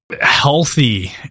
healthy